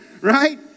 right